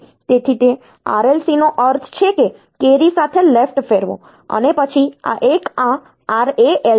તેથી તે RLC નો અર્થ છે કે કેરી સાથે લેફ્ટ ફેરવો અને પછી આ એક આ RAL છે